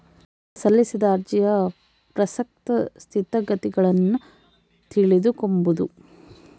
ಸಲ್ಲಿಸಿದ ಅರ್ಜಿಯ ಪ್ರಸಕ್ತ ಸ್ಥಿತಗತಿಗುಳ್ನ ತಿಳಿದುಕೊಂಬದು